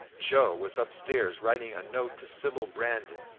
joe was up-stairs writing a note to sybil brandon,